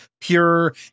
pure